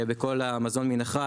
בכל המזון מן החי,